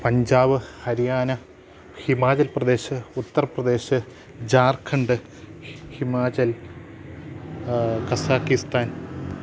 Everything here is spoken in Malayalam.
പഞ്ചാബ് ഹരിയാന ഹിമാചൽപ്രദേശ് ഉത്തർപ്രദേശ് ജാർഖണ്ഡ് ഹി ഹിമാചൽ കസാക്കിസ്ഥാൻ